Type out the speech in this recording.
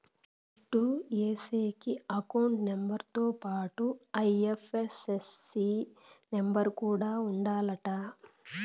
దుడ్లు ఏసేకి account number తో పాటుగా ఐ.ఎఫ్.ఎస్.సి నెంబర్ కూడా ఉండాలంట